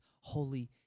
holy